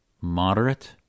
moderate